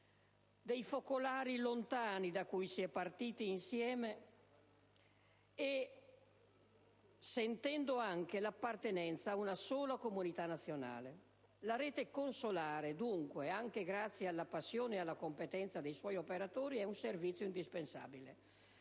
dei focolari lontani da cui si è partiti insieme e anche l'appartenenza a una sola comunità nazionale. La rete consolare, dunque, anche grazie alla passione e alla competenza dei suoi operatori, è un servizio indispensabile